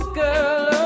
girl